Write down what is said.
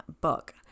book